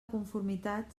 conformitat